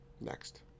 next